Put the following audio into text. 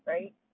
Right